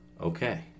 Okay